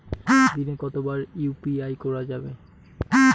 দিনে কতবার ইউ.পি.আই করা যাবে?